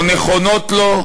או נכונות לו,